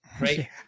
right